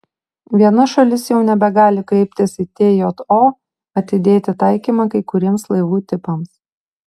viena šalis jau nebegali kreiptis į tjo atidėti taikymą kai kuriems laivų tipams